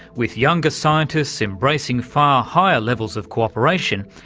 with younger scientists embracing far higher levels of co-operation,